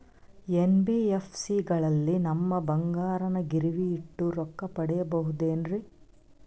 NBFC ಗಳಲ್ಲಿ ನಮ್ಮ ಬಂಗಾರನ ಗಿರಿವಿ ಇಟ್ಟು ರೊಕ್ಕ ಪಡೆಯಬಹುದೇನ್ರಿ?